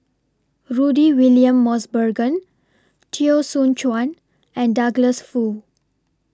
Rudy William Mosbergen Teo Soon Chuan and Douglas Foo